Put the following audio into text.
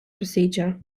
procedure